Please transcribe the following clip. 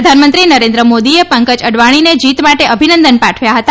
પ્રધાનમંત્રી નરેન્દ્ર મોદીએ પંકજ અડવાણીને જીત માટે અભિનંદન પાઠવ્યા હતા